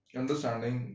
understanding